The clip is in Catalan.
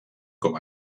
com